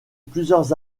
plusieurs